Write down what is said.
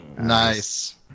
Nice